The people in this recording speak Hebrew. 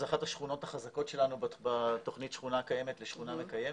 זו אחת השכונות החזקות שלנו בתוכנית שכונה קיימת לשכונה מקיימת.